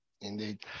Indeed